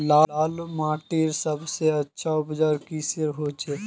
लाल माटित सबसे अच्छा उपजाऊ किसेर होचए?